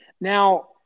Now